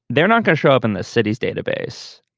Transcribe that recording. they're not gonna show up in the city's database.